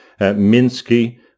Minsky